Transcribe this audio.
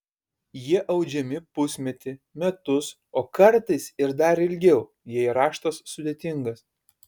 jie audžiami pusmetį metus o kartais ir dar ilgiau jei raštas sudėtingas